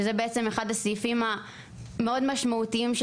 שזה בעצם אחד הסעיפים המאוד משמעותיים של